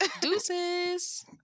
Deuces